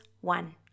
one